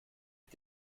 mit